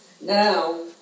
Now